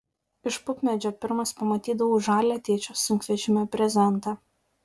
iš pupmedžio pirmas pamatydavau žalią tėčio sunkvežimio brezentą